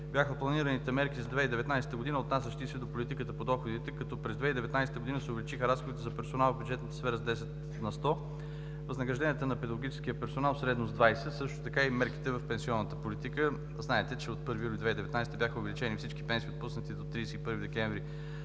бяха планираните мерки за 2019 г., отнасящи се до политиката по доходите, като през 2019 г. се увеличиха разходите за персонал в бюджетната сфера с 10%, възнагражденията на педагогическия персонал – средно с 20%, също така и мерките в пенсионната политика. Знаете, че от 1 юли 2019 г. бяха увеличени всички пенсии, отпуснати до 31 декември